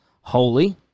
holy